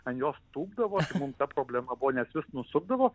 ant jos tūpdavo spinta mum ta problema buvo ne tik nusukdavo